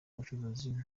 ubucuruzi